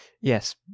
yes